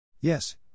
Yes